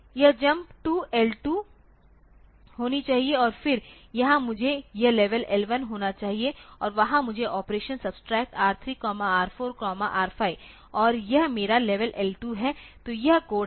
यह jump to L2 होनी चाहिए और फिर यहां मुझे यह लेवल L1 होना चाहिए और वहां मुझे operation subtract R3 R4 R5 और यह मेरा लेवल L2 है तो यह कोड है